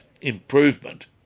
improvement